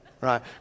Right